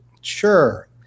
Sure